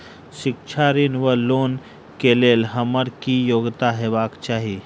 शिक्षा ऋण वा लोन केँ लेल हम्मर की योग्यता हेबाक चाहि?